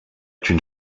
est